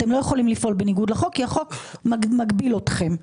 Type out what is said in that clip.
אתם לא יכולים לפעול בניגוד לחוק כי החוק מגביל אתכם.